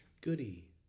Goody